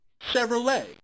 Chevrolet